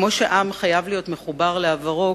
כמו שעם חייב להיות מחובר לעברו,